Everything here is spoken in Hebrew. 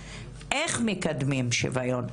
איך מקדמים שוויון.